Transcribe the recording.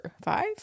five